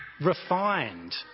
refined